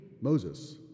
Moses